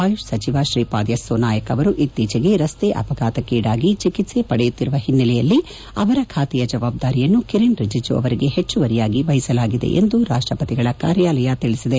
ಆಯುಷ್ ಸಚಿವ ಶ್ರೀಪಾದ್ ಯೆಸ್ನೋ ನಾಯಕ್ ಅವರು ಇತ್ತೀಚೆಗೆ ರಸ್ತೆ ಅಪಘಾತಕ್ಕೀಡಾಗಿ ಚಿಕಿತ್ವೆ ಪಡೆಯುತ್ತಿರುವ ಹಿನ್ನೆಲೆಯಲ್ಲಿ ಅವರ ಖಾತೆಯ ಜವಾಬ್ದಾರಿಯನ್ನು ಕಿರಣ್ ರಿಜಿಜು ಅವರಿಗೆ ಹೆಚ್ಚುವರಿಯಾಗಿ ವಹಿಸಲಾಗಿದೆ ಎಂದು ರಾಷ್ಟಪತಿಗಳ ಕಾರ್ಯಾಲಯ ತಿಳಿಸಿದೆ